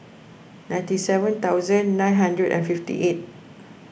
ninety seven thousand nine hundred and fifty eight